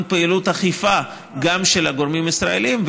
פעילות אכיפה גם של הגורמים הישראליים,